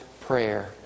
prayer